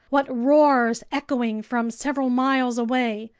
what roars echoing from several miles away!